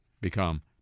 become